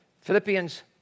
Philippians